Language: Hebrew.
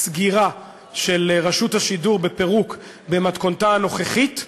סגירה של רשות השידור ופירוק מתכונתה הנוכחית,